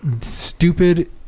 stupid